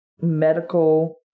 medical